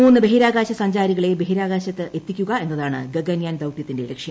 മൂന്ന് ബഹിരാകാശ സഞ്ചാരികളെ ബഹിരാകാശത്ത് എത്തിക്കുക എന്നതാണ് ഗഗൻയാൻ ദൌത്യത്തിന്റെ ലക്ഷ്യം